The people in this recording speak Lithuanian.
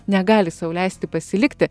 negali sau leisti pasilikti